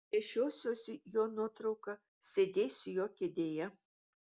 nešiosiuosi jo nuotrauką sėdėsiu jo kėdėje